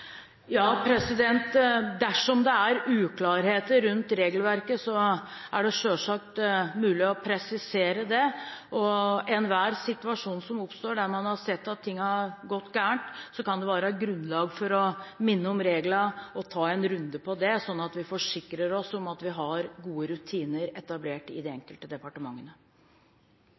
presisere det. Ved enhver situasjon som oppstår der ting har gått galt, kan det være grunnlag for å minne om reglene og ta en runde på det, sånn at vi forsikrer oss om at vi har gode rutiner etablert i de enkelte departementene.